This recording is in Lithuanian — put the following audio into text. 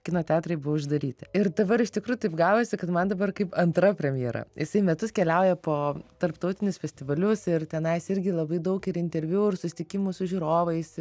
kino teatrai buvo uždaryti ir dabar iš tikrųjų taip gavosi kad man dabar kaip antra premjera jisai metus keliauja po tarptautinius festivalius ir tenais irgi labai daug ir interviu ir susitikimų su žiūrovais